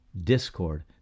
discord